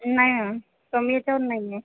नाही मॅम कमी ह्याच्यावर नाही आहे